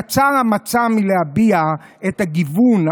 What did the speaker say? קצר המצע מלהביע את הגיוון,